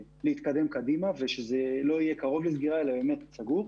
להתקדם, ושזה לא יהיה קרוב לסגירה אלא סגור.